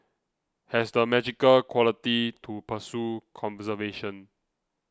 has the magical quality to pursue conservation